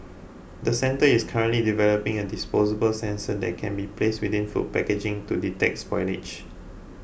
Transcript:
the centre is currently developing a disposable sensor that can be placed within food packaging to detect spoilage